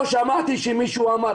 אני לא שמעתי שמישהו אמר,